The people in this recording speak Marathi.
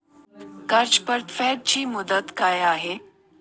कर्ज परतफेड ची मुदत काय आहे?